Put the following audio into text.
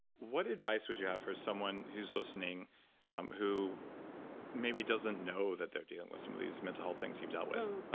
what advice would you have for someone who's listening who maybe doesn't know that they're dealing with some of these mental health things you've dealt with?